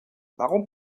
warum